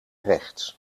rechts